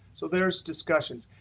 so there's discussions.